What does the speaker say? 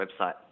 website